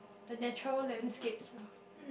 the natural landscapes lah